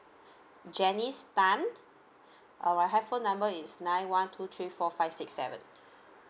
janice tan uh my handphone number is nine one two three four five six seven